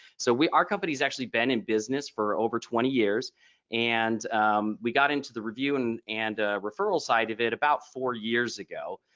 so we our company has actually been in business for over twenty years and we got into the review and and referral side of it about four years ago.